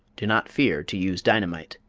do not fear to use dynamite.